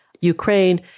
Ukraine